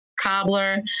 cobbler